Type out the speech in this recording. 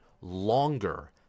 longer